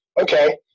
okay